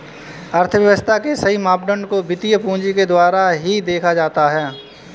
अर्थव्यव्स्था के सही मापदंड को वित्तीय पूंजी के द्वारा ही देखा जाता है